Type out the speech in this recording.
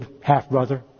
half-brother